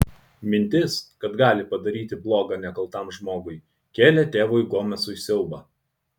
mintis kad gali padaryti bloga nekaltam žmogui kėlė tėvui gomesui siaubą